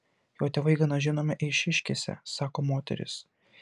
jo tėvai gana žinomi eišiškėse sako moteris